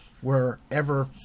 wherever